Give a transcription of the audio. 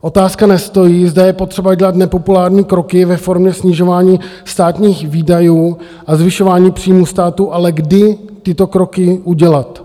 Otázka nestojí, zda je potřeba dělat nepopulární kroky ve formě snižování státních výdajů a zvyšování příjmů státu, ale kdy tyto kroky udělat.